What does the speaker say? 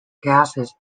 gases